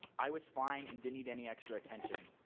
i was fine and didn't need any extra attention.